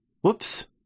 Whoops